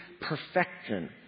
perfection